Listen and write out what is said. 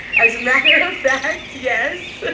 as a matter of fact, yes.